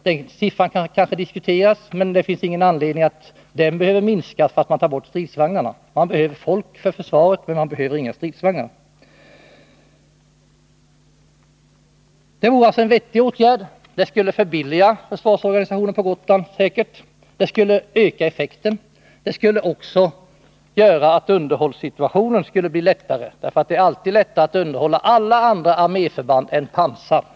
Denna siffra kan diskuteras, men det finns ingen anledning att minska antalet av det skälet att man tar bort stridsvagnarna. Man behöver folk för försvaret, men man behöver inga stridsvagnar. Detta är alltså en vettig åtgärd. Den skulle säkert förbilliga försvarsorganisationen på Gotland. Den skulle öka effekten. Den skulle också göra underhållssituationen lättare, ty det är alltid lättare att underhålla alla andra arméförband än pansarförband.